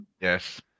Yes